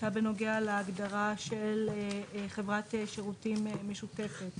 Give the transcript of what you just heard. הייתה בנוגע להגדרה של חברת שירותים משותפת.